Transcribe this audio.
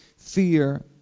Fear